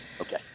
Okay